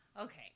Okay